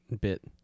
bit